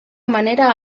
manera